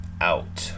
out